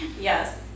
Yes